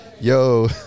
yo